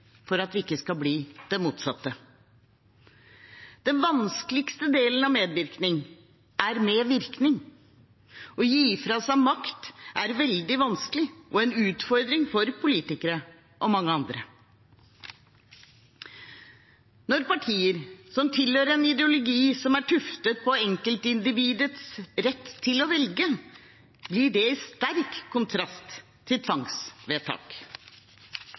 for at vi ikke skal bli det motsatte. Den vanskeligste delen av medvirkning er med virkning: Å gi fra seg makt er veldig vanskelig og en utfordring for politikere og mange andre. For partier som tilhører en ideologi som er tuftet på enkeltindividets rett til å velge, blir det i sterk kontrast til tvangsvedtak.